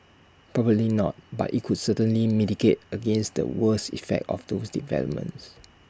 probably not but IT could certainly mitigate against the worst effects of those developments